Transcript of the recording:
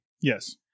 Yes